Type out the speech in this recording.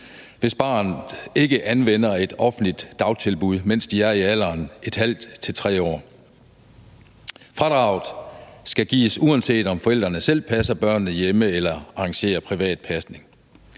hvis børn ikke anvender et offentligt dagtilbud, mens de er i alderen ½-3 år. Fradraget skal gives, uanset om forældrene selv passer børnene hjemme eller arrangerer privat pasning.